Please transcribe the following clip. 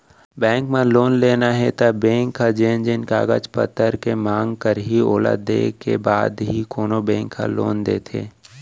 bank म loan लेना हे त बेंक ह जेन जेन कागज पतर के मांग करही ओला देय के बाद ही कोनो बेंक ह लोन देथे